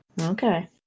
Okay